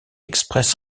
express